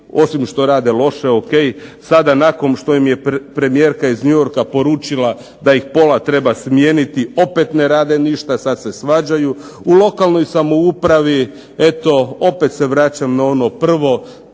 osim što rade loše o.k. sada nakon što im je premijerka iz New Yorka poručila da ih pola treba smijeniti opet ne rade ništa. Sad se svađaju. U lokalnoj samoupravi eto opet se vraćam na ono prvo